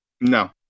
No